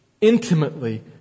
intimately